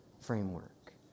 framework